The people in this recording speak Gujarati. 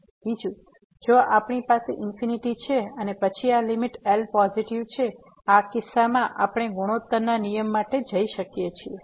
બીજું જો આપણી પાસે ઇન્ફીનીટી છે અને પછી આ લીમીટ L પોઝીટીવ છે આ કિસ્સામાં આપણે ગુણોત્તરના નિયમ માટે જઈ શકીએ છીએ